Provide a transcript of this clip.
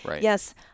Yes